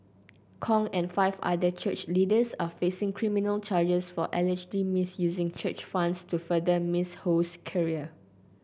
Kong and five other church leaders are facing criminal charges for allegedly misusing church funds to further Miss Ho's career